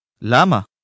Lama